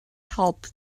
help